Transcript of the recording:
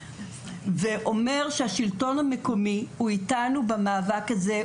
ואומר שהשלטון המקומי נמצא איתנו במאבק הזה,